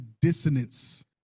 dissonance